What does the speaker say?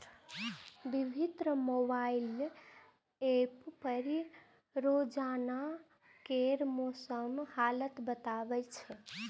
विभिन्न mobile app पर रोजाना केर मौसमक हाल बताएल जाए छै